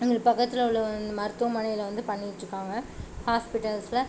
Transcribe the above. எங்களுக்கு பக்கத்தில் உள்ள மருத்துவமனையில் வந்து பண்ணிகிட்ருக்காங்க ஹாஸ்பிட்டல்ஸில்